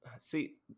See